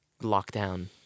lockdown